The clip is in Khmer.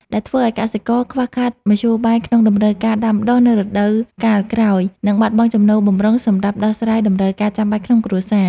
ដែលធ្វើឱ្យកសិករខ្វះខាតមធ្យោបាយក្នុងតម្រូវការដាំដុះនៅរដូវកាលក្រោយ និងបាត់បង់ចំណូលបម្រុងសម្រាប់ដោះស្រាយតម្រូវការចាំបាច់ក្នុងគ្រួសារ។